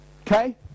Okay